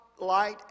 light